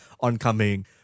oncoming